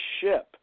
ship